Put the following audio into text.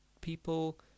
people